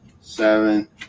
seven